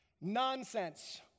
Nonsense